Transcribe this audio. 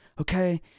okay